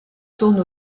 tourne